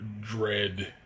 dread